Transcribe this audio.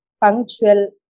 punctual